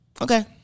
Okay